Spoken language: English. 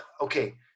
Okay